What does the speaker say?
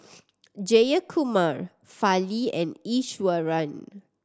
Jayakumar Fali and Iswaran